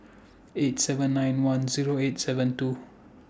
eight seven nine one Zero eight seven two